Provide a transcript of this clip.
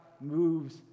moves